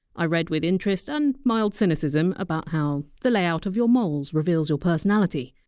i read with interest and mild cynicism about how the layout of your moles reveals your personality,